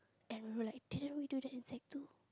and we were like didn't we do that in sec two